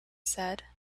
said